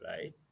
right